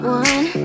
one